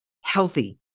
healthy